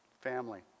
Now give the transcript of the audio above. Family